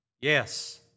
Yes